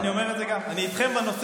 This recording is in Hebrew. נכון, בדיוק.